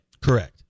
Correct